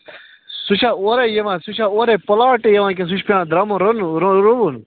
سُہ چھا اورے یِوان سُہ چھا اورے پُلاٹٕے یِوان کِنہٕ سُہ چھُ پٮ۪وان دَرمُن رنُن رُوُن